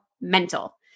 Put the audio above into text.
mental